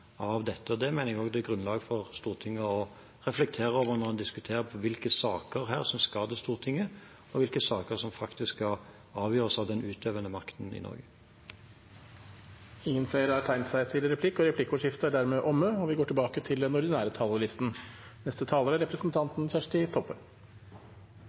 av dette. Det mener jeg det er grunn for Stortinget til å reflektere over når en diskuterer hvilke saker som skal til Stortinget, og hvilke saker som skal avgjøres av den utøvende makten i Norge. Replikkordskiftet er omme. De talere som heretter får ordet, har også en taletid på inntil 3 minutter. Det er